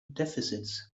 deficits